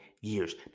years